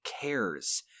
cares